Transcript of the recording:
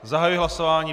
Zahajuji hlasování.